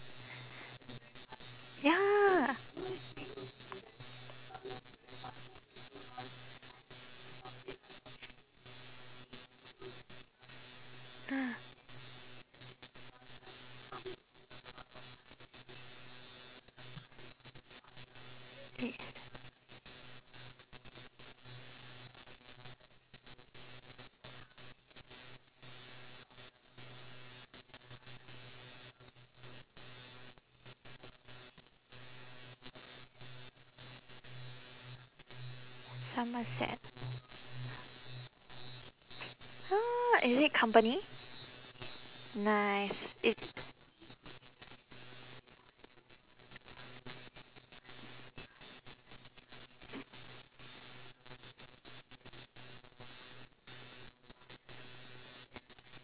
ya somerset is it company nice is